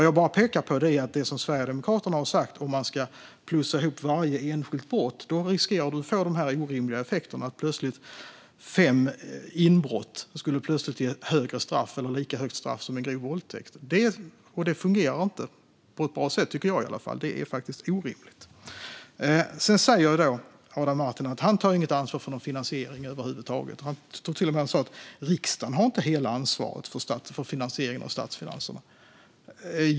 Jag bara pekar på att om man, som Sverigedemokraterna har sagt, ska plussa på varje enskilt brott riskerar det att få orimliga effekter. Fem inbrott skulle plötsligt ge ett högre eller lika högt straff som en grov våldtäkt. Det fungerar inte på ett bra sätt, tycker jag; det är orimligt. Adam Marttinen säger att han inte över huvud taget tar ansvar för någon finansiering. Han stod till och med här och sa att riksdagen inte har hela ansvaret för finansiering av statsfinanserna.